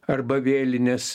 arba vėlinės